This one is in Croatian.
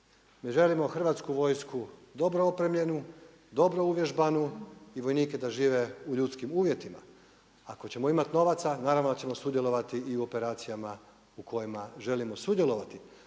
želimo Hrvatsku vojsku dobro opremljenu, dobro uvježbanu i vojnike da žive u ljudskim uvjetima. Ako ćemo imati novaca naravno da ćemo sudjelovati i u operacijama u kojima želimo sudjelovati.